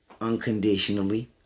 unconditionally